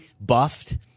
buffed